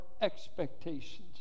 expectations